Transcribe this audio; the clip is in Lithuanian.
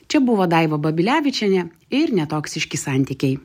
čia buvo daiva babilevičienė ir netoksiški santykiai